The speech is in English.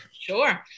Sure